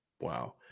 Wow